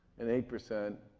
and eight percent